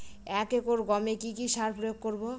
এক একর গমে কি কী সার প্রয়োগ করব?